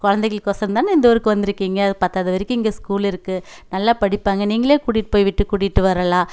குழந்தைகளுக் கொசரம் தானே இந்த ஊருக்கு வந்துருக்கீங்க அதுவும் பத்தாவது வரைக்கும் இங்கே ஸ்கூல் இருக்குது நல்லா படிப்பாங்க நீங்களே கூட்டிகிட்டு போய் விட்டு கூட்டிகிட்டு வரலாம்